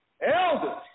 elders